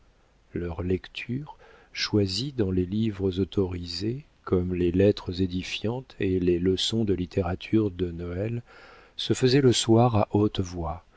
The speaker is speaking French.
leurs lectures choisies dans les livres autorisés comme les lettres édifiantes et les leçons de littérature de noël se faisaient le soir à haute voix